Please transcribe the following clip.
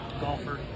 Golfer